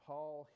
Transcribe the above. Paul